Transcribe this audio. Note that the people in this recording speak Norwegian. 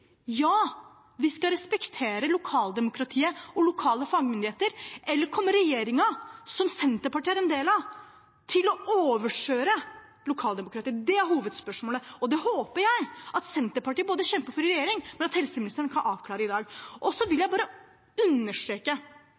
skal respektere lokaldemokratiet og lokale fagmyndigheter? Eller kommer regjeringen, som Senterpartiet er en del av, til å overkjøre lokaldemokratiet? Det er hovedspørsmålet, og det håper jeg at Senterpartiet kjemper for i regjering, og at helseministeren kan avklare i dag. Så